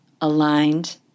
aligned